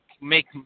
make